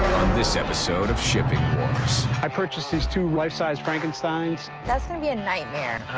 this episode of shipping wars. i purchased these two life-size frankensteins. that's gonna be a nightmare.